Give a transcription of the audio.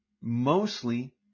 mostly